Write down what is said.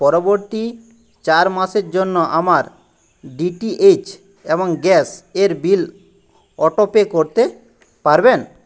পরবর্তী চার মাসের জন্য আমার ডিটিএইচ এবং গ্যাস এর বিল অটোপে করতে পারবেন